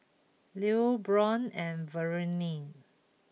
Lew Brion and Verlene